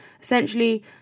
Essentially